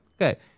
Okay